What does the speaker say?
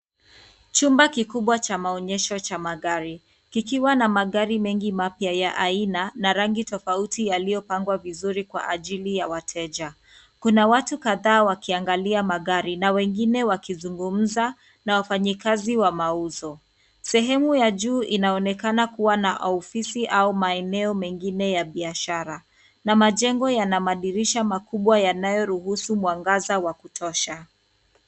Chumba kikubwa cha maonyesho cha magari, kikiwa na magari mengi mapya ya aina na rangi tofauti yaliyopangwa vizuri kwa ajili ya wateja. Kuna watu kadhaa wakiangalia magari na wengine wakizungumza na wafanyikazi wa mauzo. Sehemu ya juu inaonekana kuwa na ofisi au maeneo mengine ya biashara na majengo yana madirisha makubwa yanayoruhusu mwangaza wa kutosha.